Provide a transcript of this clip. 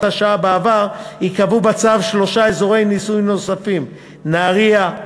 השעה בעבר ייקבעו בצו שלושה אזורי ניסוי נוספים: נהרייה,